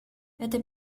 этой